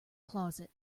closet